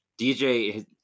DJ